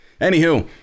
Anywho